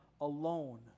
alone